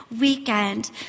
weekend